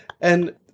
And-